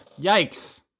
Yikes